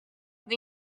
the